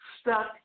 stuck